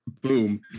boom